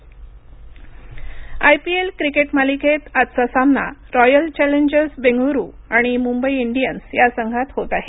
IPL IPL cricket मालिकेत आजचा सामना रॉयल चॅलेन्जर्स बेंगळूरू आणि मुंबई इंडियन्स या संघांत होत आहे